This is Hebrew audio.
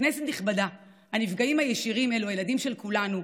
כנסת נכבדה, הנפגעים הישירים אלו הילדים של כולנו,